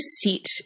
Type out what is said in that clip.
sit